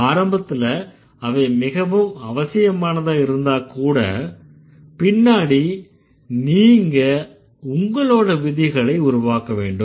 ஆரம்பத்துல அவை மிகவும் அவசியமானதா இருந்தா கூட பின்னாடி நீங்க உங்களோட விதிகளை உருவாக்க வேண்டும்